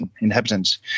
inhabitants